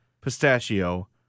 pistachio